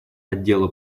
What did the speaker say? отдела